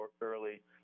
early